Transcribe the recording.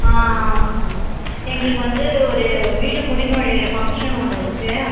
ஆ எங்களுக்கு வந்து ஒரு வீடு குடி நுழையிற ஃபங்க்ஷன் ஒன்று இருக்குது